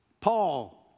Paul